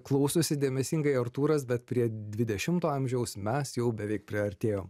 klausosi dėmesingai artūras bet prie dvidešimto amžiaus mes jau beveik priartėjom